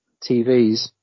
TVs